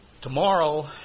Tomorrow